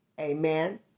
Amen